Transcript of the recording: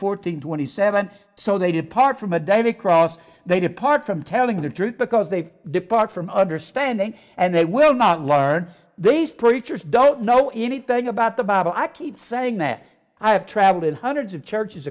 fourteen twenty seven so they depart from a daily cross they depart from telling the truth because they depart from understanding and they will not learn these preachers don't know anything about the bible i keep saying that i have travelled in hundreds of churches